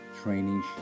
Training